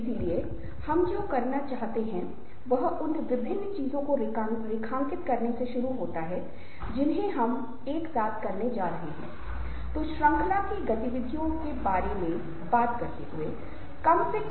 मैं सिर्फ चेहरे के भावों के विभिन्न पहलुओं को आपके सामने पेश करूँगा और बुनियादी भावनाओं के बारे में बात करूँगा